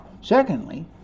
Secondly